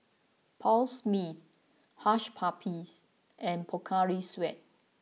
Paul Smith Hush Puppies and Pocari Sweat